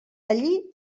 allí